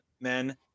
Men